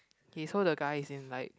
K so the guy is in like